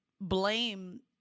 blame